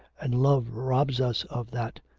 and love robs us of that,